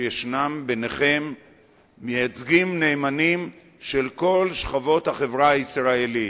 שיש ביניכם מייצגים נאמנים של כל שכבות החברה הישראלית,